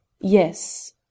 Yes